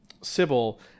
Sybil